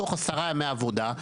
בתוך 10 ימי עבודה,